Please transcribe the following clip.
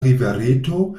rivereto